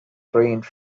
trains